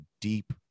deep